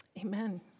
Amen